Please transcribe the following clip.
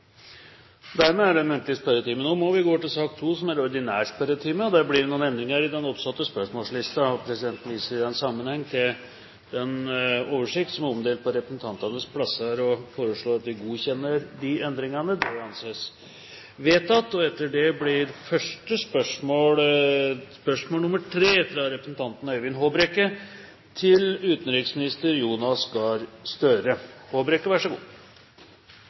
Dermed er den muntlige spørretimen omme. Det blir noen endringer i den oppsatte spørsmålslisten, og presidenten viser i den sammenheng til den oversikten som er omdelt på representantenes plasser i salen. De foreslåtte endringene i dagens spørretime foreslås godkjent. – Det anses vedtatt. Endringene var som følger: Spørsmål 1, fra representanten Torbjørn Røe Isaksen til kunnskapsministeren, er trukket tilbake. Spørsmål 2, fra representanten Elisabeth Aspaker til